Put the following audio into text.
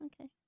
Okay